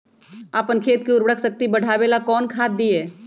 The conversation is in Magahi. अपन खेत के उर्वरक शक्ति बढावेला कौन खाद दीये?